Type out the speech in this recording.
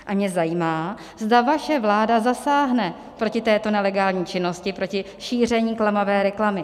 A mě zajímá, zda vaše vláda zasáhne proti této nelegální činnosti, proti šíření klamavé reklamy.